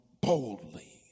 boldly